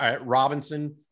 Robinson